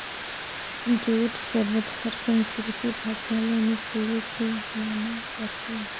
jute सबद हर संस्कृति भासा ले निकलिसे मानल जाथे